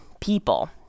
people